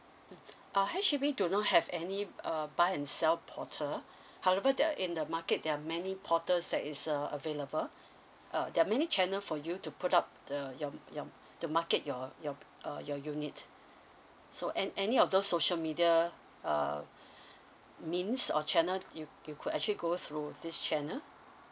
uh H_D_B do not have any uh buy and sell portal however there are in the market there are many portals that is uh available err there are many channel for you to put up the yo~ yo ~ the market your your uh your unit so an~ any of those social media uh means or channel you you could actually go through this channel